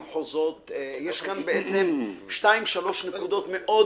יש כאן בעצם שתיים-שלוש נקודות מאוד